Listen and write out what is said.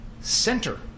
center